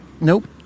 Nope